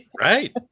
right